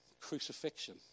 crucifixion